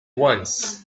once